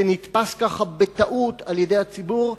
זה נתפס כך בטעות על-ידי הציבור.